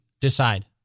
decide